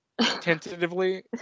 tentatively